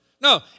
No